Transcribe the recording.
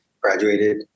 graduated